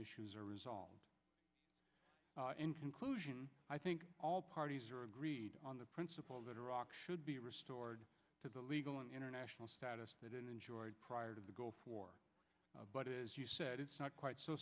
issues are resolved in conclusion i think all parties are agreed on the principle that iraq should be restored to the legal and international status that it enjoyed prior to the gulf war but as you said it's not quite so